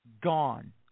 gone